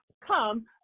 come